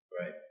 Right